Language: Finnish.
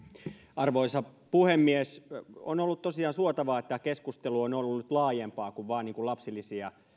arvoisa puhemies on ollut tosiaan suotavaa että tämä keskustelu on ollut nyt laajempaa kuin vain lapsilisiä